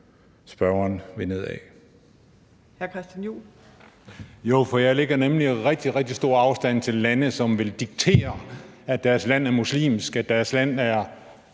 (EL): Jo, for jeg lægger nemlig rigtig stor afstand til lande, som vil diktere, at deres land er muslimsk eller noget